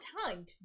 time